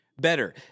better